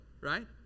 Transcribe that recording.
right